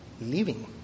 living